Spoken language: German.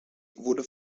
wurde